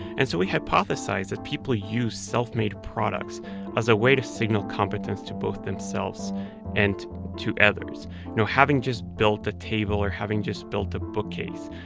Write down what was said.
and so we hypothesized that people use self-made products as a way to signal competence to both themselves and to others you know, having just built a table or having just built a bookcase,